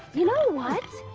you know what?